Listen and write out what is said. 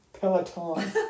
Peloton